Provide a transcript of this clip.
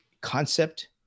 concept